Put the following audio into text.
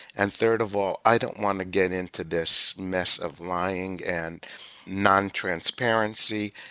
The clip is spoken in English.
and third of all, i don't want to get into this mess of lying and non transparency,